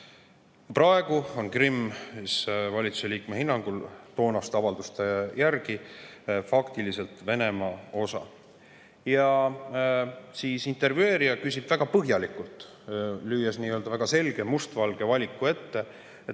Praegu on Krimm valitsuse liikme hinnangul toonaste avalduste järgi faktiliselt Venemaa osa. Ja siis intervjueerija küsib väga põhjalikult, lüües väga selge mustvalge valiku ette,